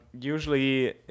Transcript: usually